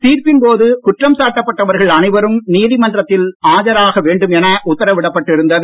தீர்ப்பின்போது குற்றம் சாட்டப்பட்டவர்கள் அனைவரும் நீதிமன்றத்தில் ஆஜராக வேண்டும் என உத்தரவிடப்பட்டு இருந்தது